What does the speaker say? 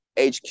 HQ